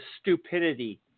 stupidity